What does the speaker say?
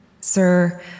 Sir